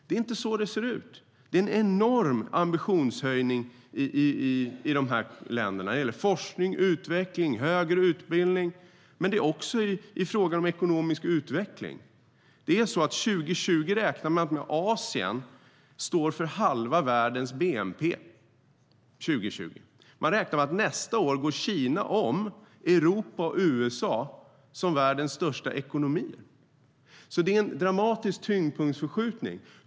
Det är inte så det ser ut. Det är en dramatisk tyngdpunktsförskjutning.